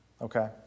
Okay